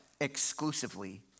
exclusively